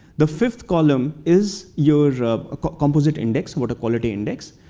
the fifth column is your um composite index, water quality index.